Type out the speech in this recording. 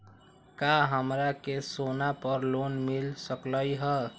का हमरा के सोना पर लोन मिल सकलई ह?